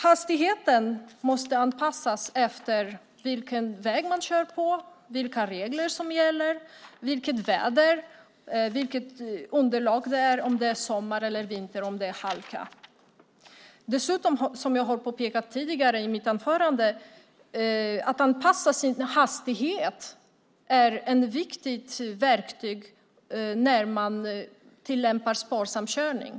Hastigheten måste anpassas efter den väg man kör på, vilka regler som gäller, vilket väder det är, vilket underlag det är och om det är sommar eller vinter och om det är halt. Att anpassa hastigheten är, som jag påpekade i mitt anförande, ett viktigt verktyg när man tillämpar sparsam körning.